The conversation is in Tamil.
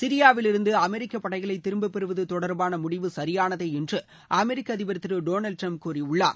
சிரியாவிலிருந்து அமெரிக்கப் படைகளை திரும்பப்பெறுவது தொடர்பான முடிவு சரியானதே என்று அமெரிக்க அதிபர் திரு டொனால்டு டிரம்ப் கூறியுள்ளார்